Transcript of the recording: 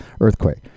earthquake